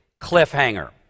cliffhanger